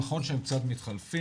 נכון שהם קצת מתחלפים,